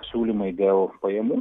siūlymai dėl pajamų